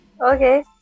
okay